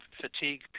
fatigue